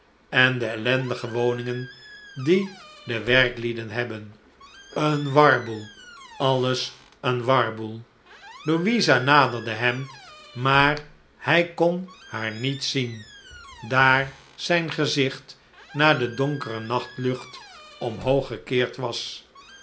en de ellendige woningen die de werklieden hebben een warboel alles een warboel t louisa naderde hem maar hij kon haar niet zien daar zijn gezicht naar de donkere nachtlucht omhoog gekeerd was